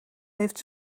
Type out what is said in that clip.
heeft